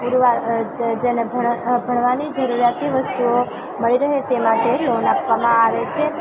પુરવાર જેને જેને જેણે ભણવાની જરૂરિયાતની વસ્તુઓ મળી રહે તે માટે લોન આપવામાં આવે છે